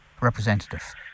representative